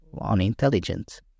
unintelligent